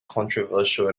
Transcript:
controversial